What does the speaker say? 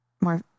more